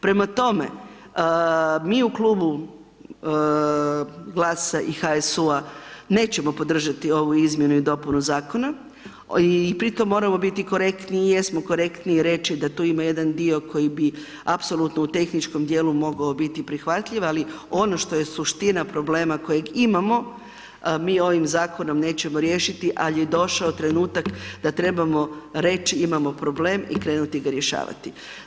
Prema tome, mi u klubu GLAS-a i HSU-a nećemo podržati ovu izmjenu i dopunu zakona i pri tom moramo biti korektno i jesmo korektni i reći da tu ima jedan dio koji bi apsolutno u tehničkom dijelu mogao biti prihvatljiv, ali ono što je suština problema koji imamo, mi ovim zakonom nećemo riješiti, ali je došao trenutak da trebamo reći imamo problem i krenuti ga rješavati.